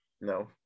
No